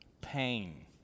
Pain